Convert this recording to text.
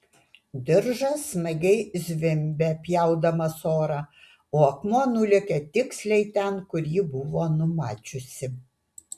diržas smagiai zvimbė pjaudamas orą o akmuo nulėkė tiksliai ten kur ji buvo numačiusi